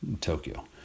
Tokyo